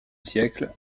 siècle